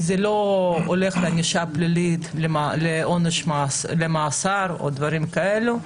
זה לא הולך לענישה פלילית, למאסר או דברים כאלה,